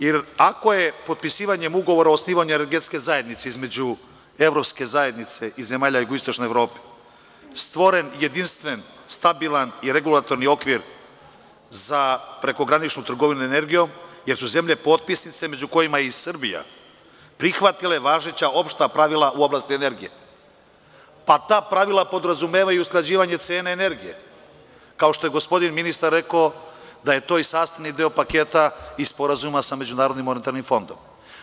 Jer, ako je potpisivanjem Ugovora o osnivanju energetske zajednice između Evropske zajednice i zemalja jugoistočne Evrope stvoren jedinstven, stabilan i regulatorni okvir za prekograničnu trgovinu energijom, jer su zemlje potpisnice, među kojima je i Srbija, prihvatile važeća opšta pravila u oblasti energije, pa ta pravila podrazumevaju i usklađivanje cene energije, kao što je gospodin ministar i rekao da je to sastavni deo paketa i Sporazuma sa MMF.